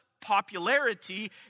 popularity